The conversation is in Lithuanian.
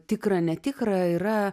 tikra netikra yra